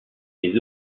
les